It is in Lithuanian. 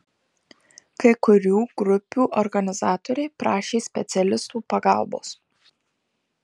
kai kurių grupių organizatoriai prašė specialistų pagalbos